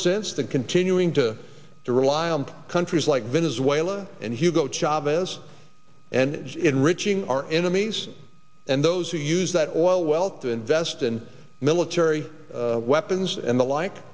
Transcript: sense than continuing to to rely on countries like venezuela and hugo chavez and enriching our enemies and those who use that oil wealth to invest in military weapons and the like